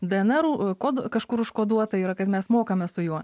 dnr kodu kažkur užkoduota yra kad mes mokame su juo